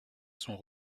sont